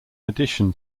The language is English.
addition